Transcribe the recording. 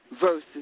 versus